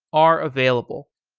are available.